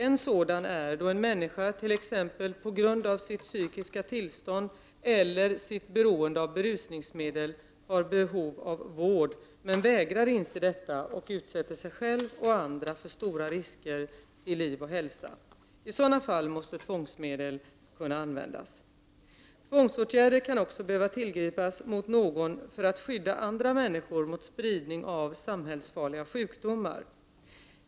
En sådan är då en människa, t.ex. på grund av sitt psykiska tillstånd eller sitt beroende av berusningsmedel, har behov av vård men vägrar inse detta och utsätter sig själv och andra för stora risker till liv och hälsa. I sådana fall måste tvångsmedel kunna användas. Tvångsåtgärder kan också behöva tillgripas mot någon för att skydda andra människor mot spridning av samhällsfarliga sjukdomar.